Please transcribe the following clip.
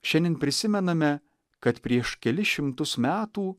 šiandien prisimename kad prieš kelis šimtus metų